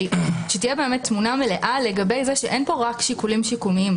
שתהיה באמת תמונה מלאה לגבי זה שאין פה רק שיקולים שיקומיים.